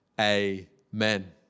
amen